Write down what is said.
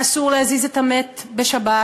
אסור להזיז את המת בשבת,